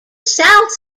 south